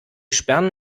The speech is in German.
sperren